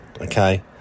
okay